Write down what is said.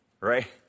Right